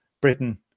Britain